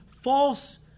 false